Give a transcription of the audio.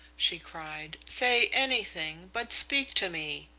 she cried. say anything, but speak to me!